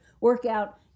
workout